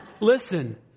Listen